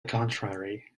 contrary